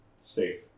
safe